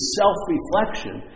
self-reflection